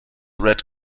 red